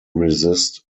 resist